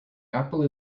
apple